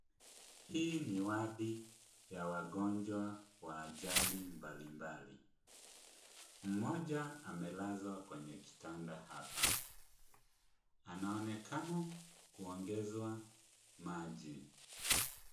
Hii ni wadi ya wangonjwa wa ajali mbalimbali. Mmoja amelazwa kwenye kitanda hapa. Anaonekana kuongezwa maji.